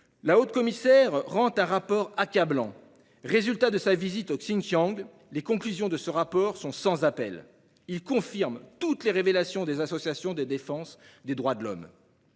le 31 août 2022, dans un rapport accablant, résultat de sa visite dans le Xinjiang. Les conclusions de ce rapport sont sans appel : elles confirment toutes les révélations des associations de défense des droits de l'homme.